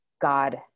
God